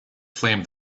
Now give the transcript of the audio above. flame